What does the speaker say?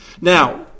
Now